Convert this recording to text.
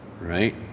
right